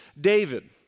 David